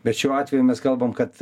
bet šiuo atveju mes kalbam kad